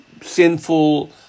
sinful